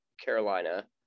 Carolina